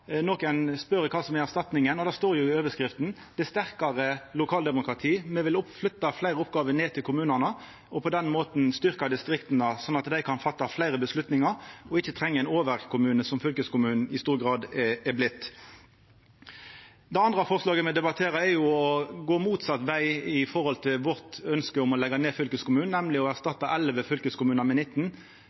står i overskrifta. Det er sterkare lokaldemokrati. Me vil flytta fleire oppgåver ned til kommunane og på den måten styrkja distrikta, slik at dei kan ta fleire avgjerder og ikkje treng ein overkommune, noko som fylkeskommunen i stor grad har vorte. Det andre forslaget me debatterer, er jo å gå motsett veg i forhold til vårt ønske om å leggja ned fylkeskommunen, nemleg å erstatta 11 fylkeskommunar med 19.